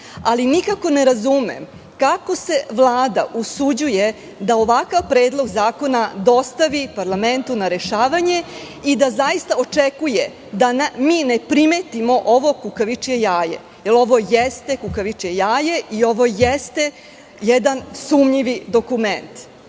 ali nikako ne razumem kako se Vlada usuđuje da ovakav predlog zakona dostavi parlamentu na rešavanje i da zaista očekuje da mi ne primetimo ovo kukavičije jaje. Ovo jeste kukavičije jaje i ovo jeste jedan sumnjivi dokument. Ako